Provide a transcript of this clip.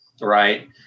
Right